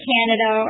Canada